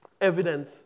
evidence